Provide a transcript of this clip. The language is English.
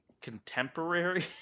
contemporary